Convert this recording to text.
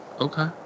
okay